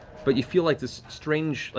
but you feel like this strange, like